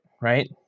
right